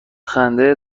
خنده